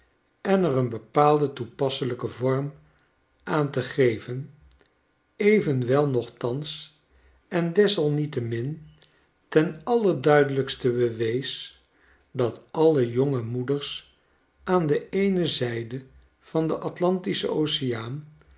en er een bepaalden toepasselyken vorm aan te geven evenwel nochtans en desalniettemin ten allerduidelijkste bewees dat alle jonge moeders aan de eene zijde van den atlantischen oceaan